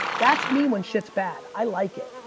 that's me when shits bad, i like it,